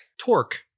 torque